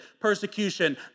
persecution